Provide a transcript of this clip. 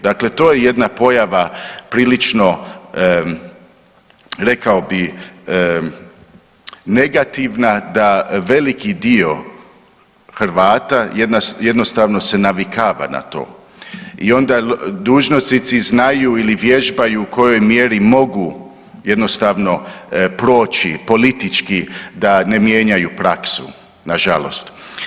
Dakle to je jedna pojava prilično rekao bi negativna, da veliki dio Hrvata jednostavno se navikava na to i onda dužnosnici znaju ili vježbaju u kojoj mjeri mogu jednostavno proći politički da ne mijenjaju praksu nažalost.